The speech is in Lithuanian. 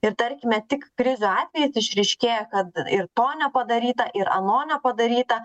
ir tarkime tik krizių atvejais išryškėja kad ir to nepadaryta ir ano nepadaryta